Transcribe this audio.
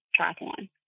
triathlon